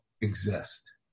exist